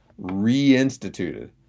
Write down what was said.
reinstituted